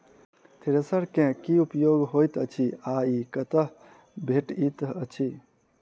Thresher केँ की उपयोग होइत अछि आ ई कतह भेटइत अछि?